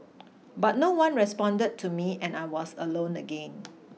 but no one responded to me and I was alone again